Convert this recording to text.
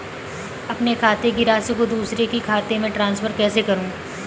अपने खाते की राशि को दूसरे के खाते में ट्रांसफर कैसे करूँ?